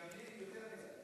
מקבלים יותר מדי.